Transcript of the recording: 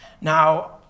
Now